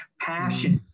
passion